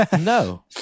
No